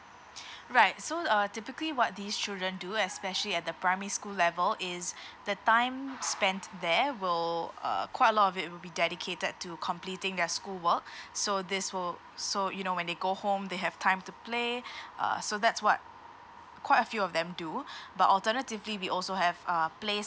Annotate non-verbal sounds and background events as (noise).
(breath) right so uh typically what these children do especially at the primary school level is the time spent there will uh quite a lot of it will be dedicated to completing their school work so this will so you know when they go home they have time to play uh so that's what quite a few of them do but alternatively we also have uh play